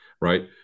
Right